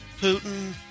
Putin